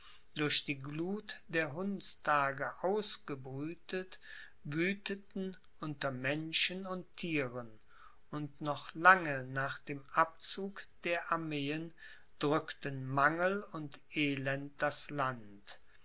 durch die gluth der hundstage ausgebrütet wütheten unter menschen und thieren und noch lange nach dem abzug der armeen drückten mangel und elend das land